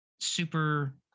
Super